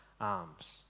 arms